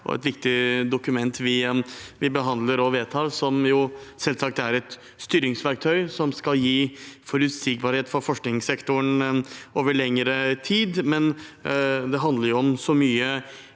felt og et viktig dokument vi behandler og skal vedta, som er et styringsverktøy som skal gi forutsigbarhet for forskningssektoren over lengre tid, men det handler om så mye